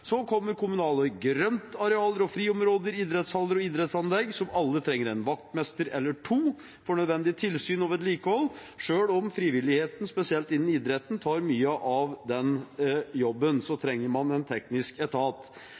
Så kommer kommunale grøntområder og friområder, idrettshaller og idrettsanlegg, som alle trenger en vaktmester eller to for nødvendig tilsyn og vedlikehold. Selv om frivilligheten, spesielt innen idretten, tar mye av den jobben, trenger man en teknisk etat